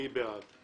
מי בעד?